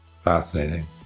Fascinating